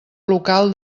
local